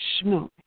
smooth